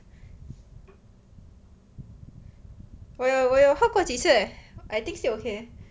我有我有喝过几次 leh I think still okay